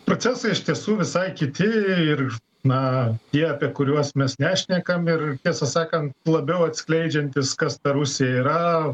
procesai iš tiesų visai kiti ir na tie apie kuriuos mes nešnekam ir tiesą sakant labiau atskleidžiantys kas ta rusija yra